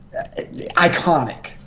iconic